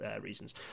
reasons